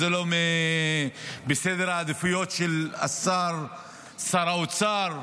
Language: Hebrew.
זה לא בסדר העדיפויות של שר האוצר,